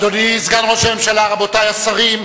אדוני סגן ראש הממשלה, רבותי השרים,